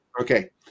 Okay